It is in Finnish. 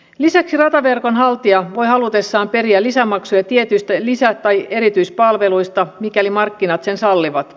lisäksi rataverkon haltija voi halutessaan periä lisämaksuja tietyistä lisä tai erityispalveluista mikäli markkinat sen sallivat